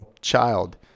child